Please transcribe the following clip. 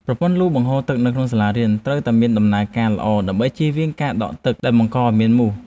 ប្រព័ន្ធលូបង្ហូរទឹកនៅក្នុងសាលារៀនត្រូវតែមានដំណើរការល្អដើម្បីជៀសវាងការដក់ទឹកដែលបង្កឱ្យមានសត្វមូស។